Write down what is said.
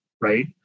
Right